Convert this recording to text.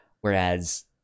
whereas